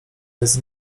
jest